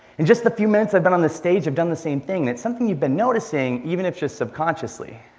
and just the few minutes i've been on this stage, i've done the same thing. it's something you've been noticing, even if just subconsciously.